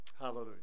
hallelujah